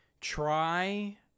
Try